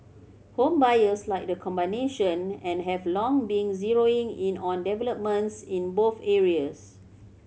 home buyers like the combination and have long been zeroing in on developments in both areas